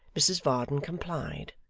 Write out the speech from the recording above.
mrs varden complied.